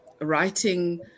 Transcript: writing